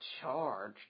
charge